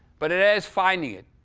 but it is finding it.